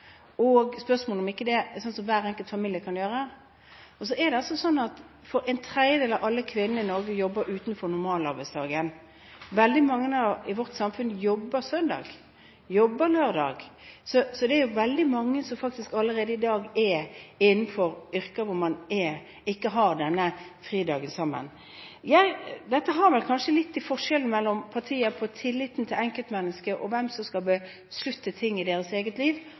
om dette er noe som hver enkelt familie kan avgjøre. En tredjedel av alle kvinnene i Norge jobber utenom normalarbeidsdagen. Veldig mange i vårt samfunn jobber søndag, jobber lørdag. Det er veldig mange som allerede i dag er i yrker hvor man ikke har de samme fridagene. Dette har vel kanskje litt å gjøre med forskjellen mellom partiene når det gjelder tilliten til enkeltmennesket – hvem som skal beslutte ting i ens eget liv,